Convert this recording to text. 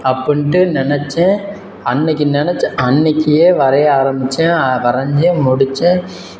அப்படின்ட்டு நினச்சேன் அன்றைக்கி நினச்சேன் அன்றைக்கியே வரைய ஆரம்பித்தேன் அதை வரைஞ்சேன் முடித்தேன்